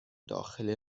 داخل